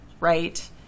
right